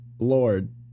Lord